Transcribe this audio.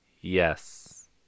Yes